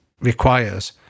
requires